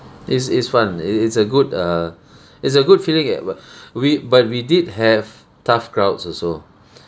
it's it's fun it's it's a good err it's a good feeling eh but we but we did have tough crowds also